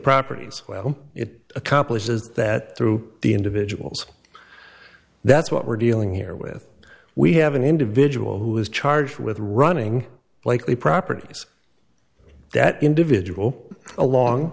properties it accomplishes that through the individuals that's what we're dealing here with we have an individual who is charged with running likely properties that individual along